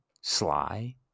sly